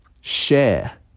share